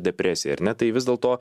depresija ar ne tai vis dėlto